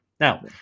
Now